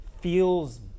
feels